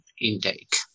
intake